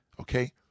okay